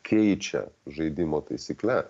keičia žaidimo taisykle